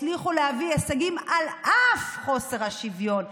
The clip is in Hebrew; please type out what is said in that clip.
הצליחו להביא הישגים על אף חוסר השוויון.